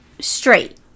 straight